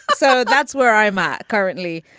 so that's where i'm at currently.